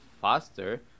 faster